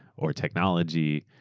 or technology,